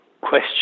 question